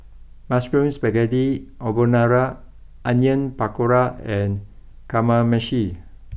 Mushroom Spaghetti Carbonara Onion Pakora and Kamameshi